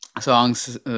Songs